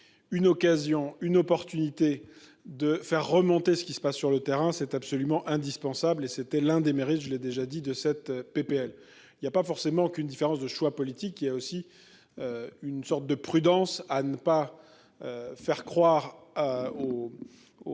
une occasion, une opportunité de faire remonter ce qui se passe sur le terrain, c'est absolument indispensable et c'était l'un des mérites, je l'ai déjà dit de cette PPL il y a pas forcément qu'une différence de choix politique. Il y a aussi. Une sorte de prudence à ne pas. Faire croire aux.